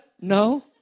No